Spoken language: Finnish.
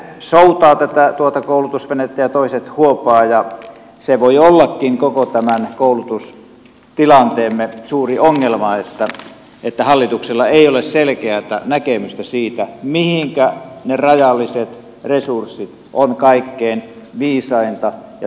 toiset soutavat tuota koulutusvenettä ja toiset huopaavat ja se voi ollakin koko tämän koulutustilanteemme suuri ongelma että hallituksella ei ole selkeätä näkemystä siitä mihinkä ne rajalliset resurssit on kaikkein viisainta ja tehokkainta suunnata